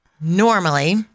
normally